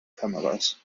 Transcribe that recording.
kameras